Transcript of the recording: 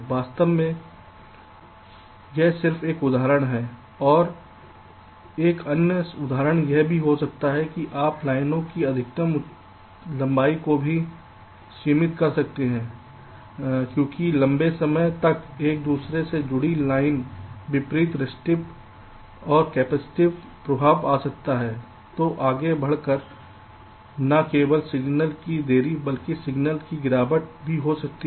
वास्तव में संदर्भ समय 1414 यह सिर्फ एक उदाहरण है और एक अन्य उदाहरण यह भी हो सकता है कि आप लाइनों की अधिकतम लंबाई को भी सीमित कर सकते हैं क्योंकि लंबे समय तक एक दूसरे से जुड़ी लाइन वितरित रेस्टिव और कैपेसिटिव प्रभाव आ सकती है जो आगे बढ़ कर न केवल सिग्नल में देरी बल्कि सिग्नल की गिरावट भी हो सकती है